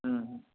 হুম